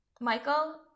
michael